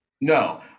No